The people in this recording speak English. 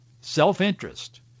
self-interest